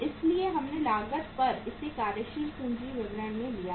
इसलिए हमने लागत पर इसे कार्यशील पूंजी विवरण में लिया है